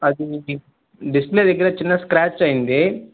అది డిస్ప్లే దగ్గర చిన్న స్క్రాచ్ అయ్యింది